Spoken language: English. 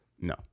no